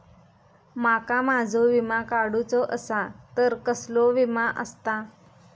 माका माझो विमा काडुचो असा तर कसलो विमा आस्ता?